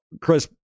chris